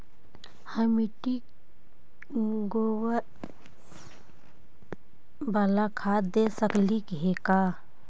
हम मिट्टी में गोबर बाला खाद दे सकली हे का?